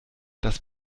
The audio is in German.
das